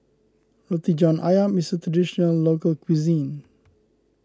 Roti John Ayam is a Traditional Local Cuisine